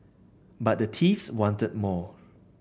but the thieves wanted more